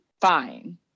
fine